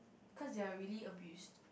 cause they are really abused